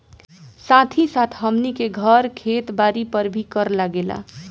साथ ही साथ हमनी के घर, खेत बारी पर भी कर लागेला